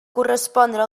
correspondre